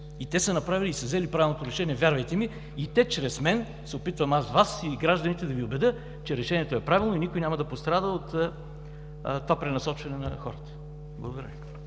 И те са взели правилното решение, вярвайте ми. Те чрез мен – опитвам се и Вас, и гражданите да убедя, че решението е правилно и никой няма да пострада от това пренасочване на хората. Благодаря.